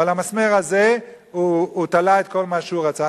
ועל המסמר הזה הוא תלה את כל מה שהוא רצה.